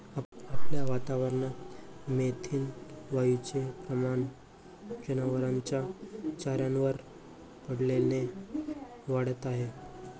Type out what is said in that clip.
आपल्या वातावरणात मिथेन वायूचे प्रमाण जनावरांच्या चाऱ्यावर पडल्याने वाढत आहे